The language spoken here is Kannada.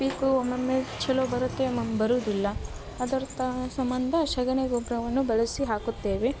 ಪೀಕು ಒಮ್ಮೊಮ್ಮೆ ಚಲೋ ಬರುತ್ತೆ ಒಮ್ಮೊಮ್ಮೆ ಬರುದಿಲ್ಲ ಅದರ್ತಾ ಸಂಬಂಧ ಸೆಗಣಿ ಗೊಬ್ಬರವನ್ನು ಬಳಸಿ ಹಾಕುತ್ತೇವೆ